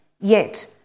Yet